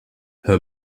her